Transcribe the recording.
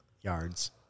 yards